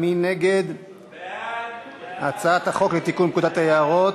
מי נגד הצעת החוק לתיקון פקודת היערות?